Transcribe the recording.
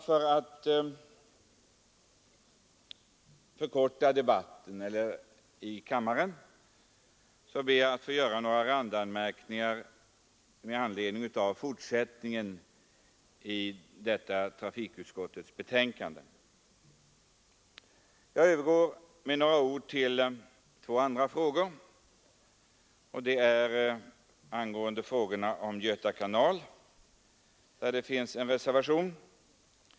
För att förkorta debatten i kammaren övergår jag till att bara göra några randanmärkningar till den fortsatta delen av detta trafikutskottets betänkande. Det gäller då först frågan om Göta kanal, där det finns en reservation.